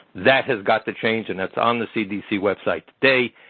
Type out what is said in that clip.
that has got to change, and it's on the cdc website today.